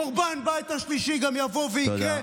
חורבן הבית השלישי גם יבוא ויקרה.